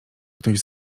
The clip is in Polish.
ktoś